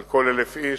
על כל 1,000 איש,